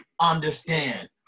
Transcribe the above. Understand